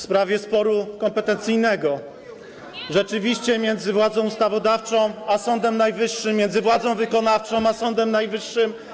w sprawie sporu kompetencyjnego między władzą ustawodawczą a Sądem Najwyższym, między władzą wykonawczą a Sądem Najwyższym.